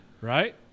right